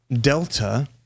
Delta